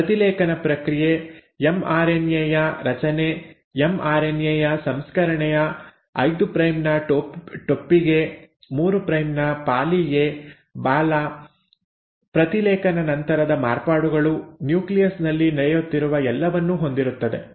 ಪ್ರತಿಲೇಖನ ಪ್ರಕ್ರಿಯೆ ಎಮ್ಆರ್ಎನ್ಎ ಯ ರಚನೆ ಎಮ್ಆರ್ಎನ್ಎ ಯ ಸಂಸ್ಕರಣೆಯ 5 ಪ್ರೈಮ್ ನ ಟೋಪ್ಪಿಗೆ 3 ಪ್ರೈಮ್ ನ ಪಾಲಿ ಎ ಬಾಲ ಪ್ರತಿಲೇಖನ ನಂತರದ ಮಾರ್ಪಾಡುಗಳು ನ್ಯೂಕ್ಲಿಯಸ್ ನಲ್ಲಿ ನಡೆಯುತ್ತಿರುವ ಎಲ್ಲವನ್ನೂ ಹೊಂದಿರುತ್ತದೆ